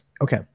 Okay